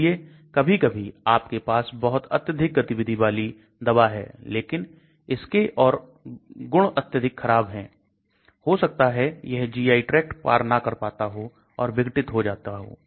इसलिए कभी कभी आपके पास बहुत अत्यधिक गतिविधि वाली दवा है लेकिन इसके और गुण अत्यधिक खराब है हो सकता है यह GI tract पार ना कर पाता हो और विघटित हो जाता हो